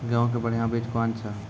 गेहूँ के बढ़िया बीज कौन छ?